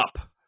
up